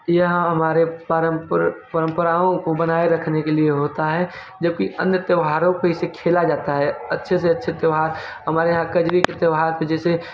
यह हमारे परम्पराओं को बनाए रखने के लिए होता है जबकि अन्य त्यौहारों पे इसे खेला जाता है अच्छे से अच्छे त्यौहार हमारे यहाँ कजरी के त्यौहार पे जैसे